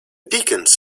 dickens